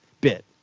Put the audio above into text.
bit